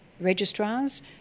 registrars